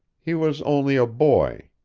he was only a boy.